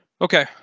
Okay